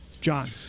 John